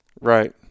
Right